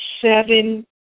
seven